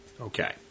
Okay